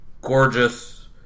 gorgeous